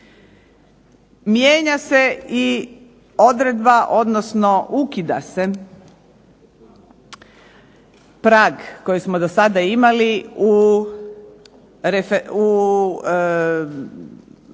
Mijenja se i odredba, odnosno ukida se pag koji smo do sada imali u reguliranju